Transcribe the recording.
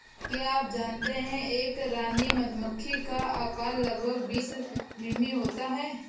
क्या आप जानते है एक रानी मधुमक्खी का आकार लगभग बीस मिमी होता है?